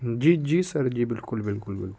جی جی سر جی بالکل بالکل بالکل